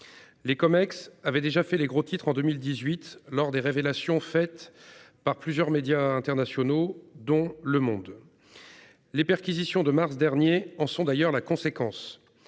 Les CumEx avaient déjà fait les gros titres en 2018, lors des révélations de seize médias internationaux, dont. Les perquisitions de mars dernier en sont d'ailleurs la conséquence